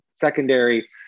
secondary